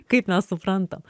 kaip mes suprantam